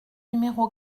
numéro